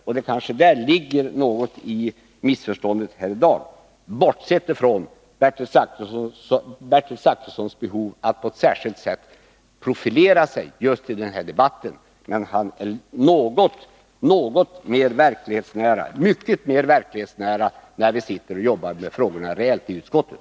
Det är kanske däri som något av missförstånden ligger här i dag — bortsett från Bertil Zachrissons behov av att på ett särskilt sätt profilera sig i den här debatten. Han är mycket mer verklighetsnära när vi sitter och jobbar med frågorna reellt i utskottet.